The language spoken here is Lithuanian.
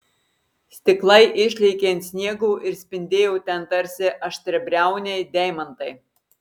stiklai išlėkė ant sniego ir spindėjo ten tarsi aštriabriauniai deimantai